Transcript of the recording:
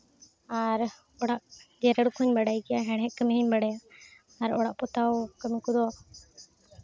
ᱟᱨ ᱚᱲᱟᱜ ᱡᱮᱨᱮᱲ ᱠᱚᱦᱚᱸᱧ ᱵᱟᱲᱟᱭ ᱜᱮᱭᱟ ᱦᱮᱲᱦᱮᱫ ᱠᱟᱹᱢᱤ ᱦᱚᱸᱧ ᱵᱟᱲᱟᱭᱟ ᱟᱨ ᱚᱲᱟᱜ ᱯᱚᱛᱟᱣ ᱠᱟᱹᱢᱤ ᱠᱚᱫᱚ